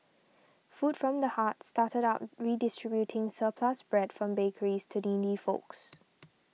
food from the Hearts started out redistributing surplus bread from bakeries to needy folks